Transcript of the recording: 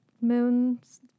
moon's